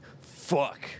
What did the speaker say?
fuck